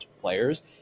players